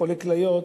לחולי כליות,